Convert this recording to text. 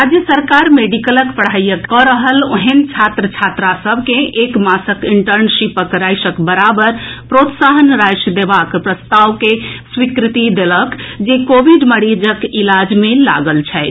राज्य सरकार मेडिकलक पढ़ाई कऽ रहल ओहेन छात्र छात्रा सभ के एक मासक इंटर्नशिपक राशिक बराबर प्रोत्साहन राशि देबाक प्रस्ताव के स्वीकृति देलक जे कोविड मरीजक इलाज मे लागल छथि